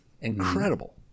Incredible